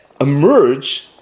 emerge